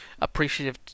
appreciative